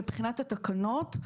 מבחינת התקנות,